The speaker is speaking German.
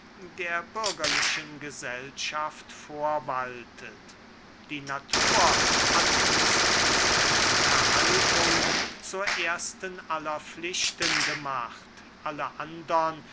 der bürgerlichen gesellschaft vorwaltet die natur hat uns die selbsterhaltung zur ersten aller pflichten gemacht alle andern